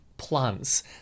plants